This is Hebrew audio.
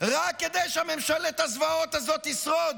רק כדי שממשלת הזוועות הזאת תשרוד.